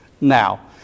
Now